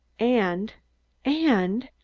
and and!